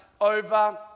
over